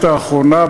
בעת האחרונה,